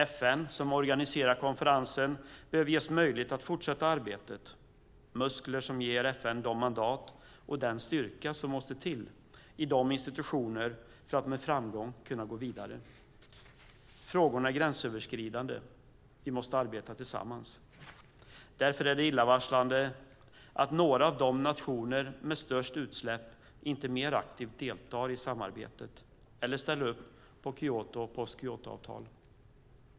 FN, som organiserar konferensen, behöver ges möjlighet att fortsätta arbetet. Det behövs muskler som ger FN de mandat och den styrka som måste till i dess institutioner för att man med framgång ska kunna gå vidare. Frågorna är gränsöverskridande. Vi måste arbeta tillsammans. Därför är det illavarslande att några av de nationer som har störst utsläpp inte deltar mer aktivt i samarbetet eller ställer upp på Kyotoavtal och post-Kyotoavtal.